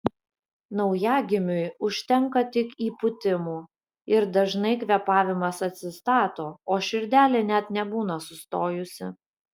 naujagimiui užtenka tik įpūtimų ir dažnai kvėpavimas atsistato o širdelė net nebūna sustojusi